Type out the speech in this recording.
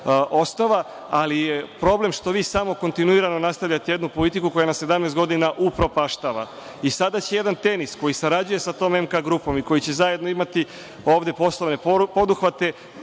ali je problem što vi samo kontinuirano nastavljate jednu politiku koja nas 17 godina upropaštava. Sada će jedan „Tenis“, koji sarađuje sa tom MK grupom i koji će zajedno imati ovde poslovne poduhvate,